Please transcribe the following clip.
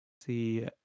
see